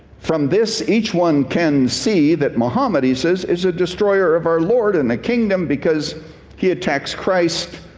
from this each one can see that muhammad, he says, is a destroyer of our lord and the kingdom, because he attacks christ,